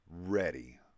ready